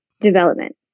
development